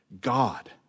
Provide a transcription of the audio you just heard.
God